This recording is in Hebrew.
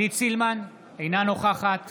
אינה נוכחת